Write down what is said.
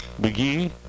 McGee